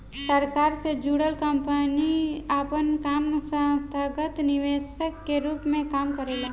सरकार से जुड़ल कंपनी आपन काम संस्थागत निवेशक के रूप में काम करेला